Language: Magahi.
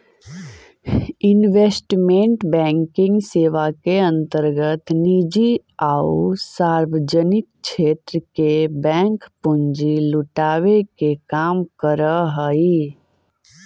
इन्वेस्टमेंट बैंकिंग सेवा के अंतर्गत निजी आउ सार्वजनिक क्षेत्र के बैंक पूंजी जुटावे के काम करऽ हइ